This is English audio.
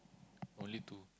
only two